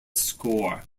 score